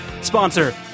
sponsor